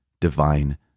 divine